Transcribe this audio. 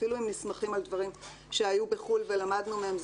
אפילו אם נסמכים על דברים שהיו בחו"ל ולמדנו מהם,